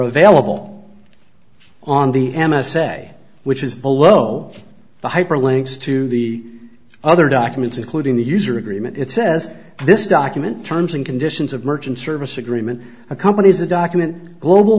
available on the m s a which is below the hyperlinks to the other documents including the user agreement it says this document terms and conditions of merchant service agreement accompanies a document global